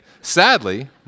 Sadly